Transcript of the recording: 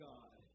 God